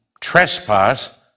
trespass